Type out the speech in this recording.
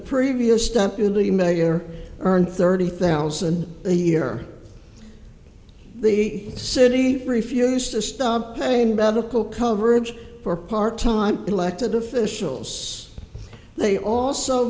mayor earned thirty thousand a year the city refused to stop paying medical coverage for part time elected officials they also